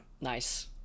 Nice